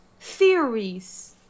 theories